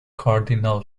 cardinal